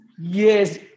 yes